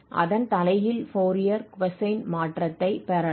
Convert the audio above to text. அதன் தலைகீழ் Fourier cosine மாற்றத்தை பெறலாம்